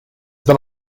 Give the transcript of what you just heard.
been